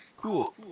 Cool